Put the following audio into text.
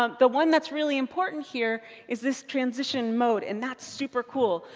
um the one that's really important here is this transition mode, and that's super cool.